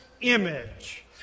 image